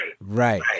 Right